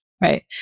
right